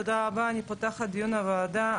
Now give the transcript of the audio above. אני פותחת את דיון הוועדה.